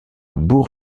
bourg